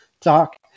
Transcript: talk